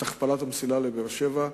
את הכפלת המסילה לבאר-שבע,